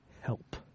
Help